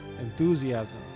enthusiasm